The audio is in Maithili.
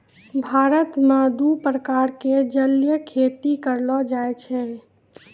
भारत मॅ दू प्रकार के जलीय खेती करलो जाय छै